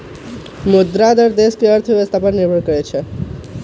मुद्रा दर देश के अर्थव्यवस्था पर निर्भर करा हई